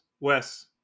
Wes